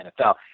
NFL